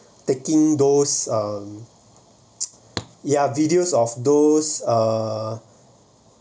taking those um yeah videos of those uh